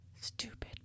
Stupid